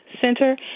center